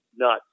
nuts